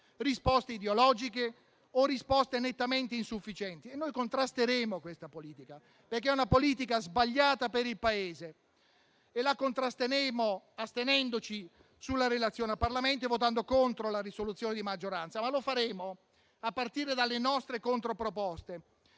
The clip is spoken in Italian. sbagliate, ideologiche o nettamente insufficienti. Contrasteremo questa politica, perché è una politica sbagliata per il Paese. E la contrasteremo astenendoci sulla relazione al Parlamento e votando contro la risoluzione di maggioranza. Ma lo faremo a partire dalle nostre controproposte,